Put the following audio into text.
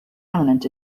eminent